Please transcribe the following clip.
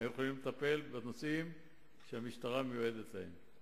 שהיו יכולים לטפל בנושאים שהמשטרה מיועדת להם,